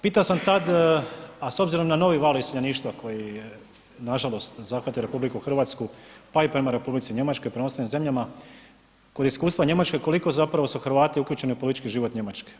Pitao sam tad, a s obzirom na novi val iseljeništva koji je nažalost zahvatio RH pa i prema Republici Njemačkoj, prema ostalim zemljama, koje iskustvo Njemačke koliko zapravo su Hrvati uključeni u politički život Njemačke.